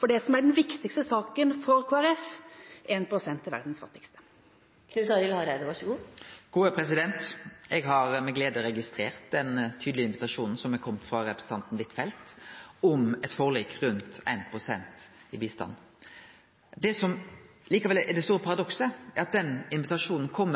for det som er den viktigste saken for Kristelig Folkeparti:1 pst. til verdens fattigste? Eg har med glede registrert den tydelege invitasjonen som er komen frå representanten Huitfeldt om eit forlik på rundt 1 pst. i bistand. Det som likevel er det store paradokset, er at den invitasjonen kjem